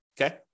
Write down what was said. okay